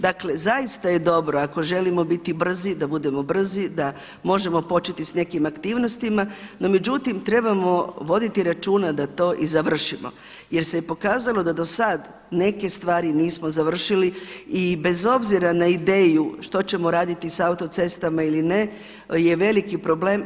Dakle zaista je dobro, ako želimo biti brzi da budemo brzi, da možemo početi s nekim aktivnostima, no trebamo voditi računa da to i završimo jer se pokazalo da do sada neke stvari nismo završili i bez obzira na ideju što ćemo raditi sa autocestama ili ne je veliki problem.